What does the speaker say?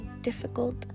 difficult